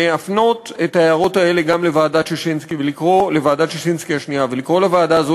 להפנות את ההערות האלה גם לוועדת ששינסקי השנייה ולקרוא לוועדה הזאת